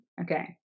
Okay